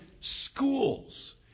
schools